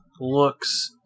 looks